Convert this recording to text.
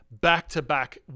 back-to-back